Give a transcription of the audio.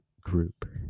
group